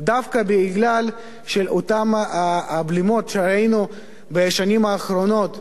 דווקא בגלל אותן הבלימות שראינו בשנים האחרונות,